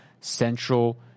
central